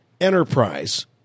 Enterprise